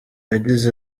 yagize